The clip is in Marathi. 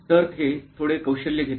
तर हे थोडे कौशल्य घेते